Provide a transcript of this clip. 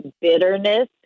bitterness